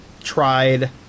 tried